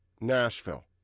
Nashville